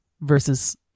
versus